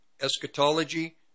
eschatology